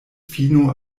fino